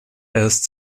erst